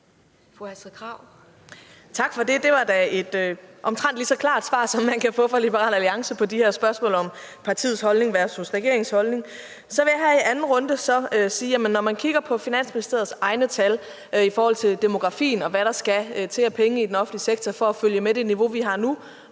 Krag (S): Tak for det. Det var da et omtrent lige så klart svar, som man kan få fra Liberal Alliance, på de her spørgsmål om partiets holdning versus regeringens holdning. Så vil jeg her i anden runde sige, at når man kigger på Finansministeriets egne tal i forhold til demografien og på, hvad der skal til af penge i den offentlige sektor for at følge med på det niveau, som vi har nu,